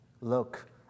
Look